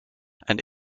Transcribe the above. and